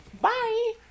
Bye